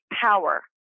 power